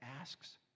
asks